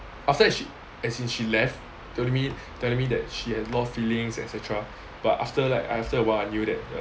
after that she as in she left telling me telling me that she had a lot of feelings et cetera but after like after awhile I knew that